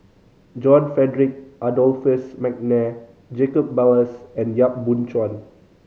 John Frederick Adolphus McNair Jacob Ballas and Yap Boon Chuan